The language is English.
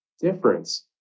difference